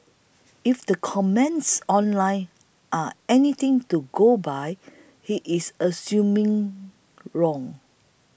if the comments online are anything to go by he is assuming wrong